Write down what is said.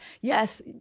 Yes